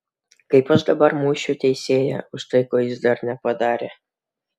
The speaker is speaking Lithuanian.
kaip aš dabar mušiu teisėją už tai ko jis dar nepadarė